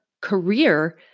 career